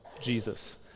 Jesus